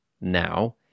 now